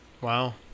Wow